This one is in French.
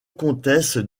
comtesse